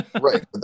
Right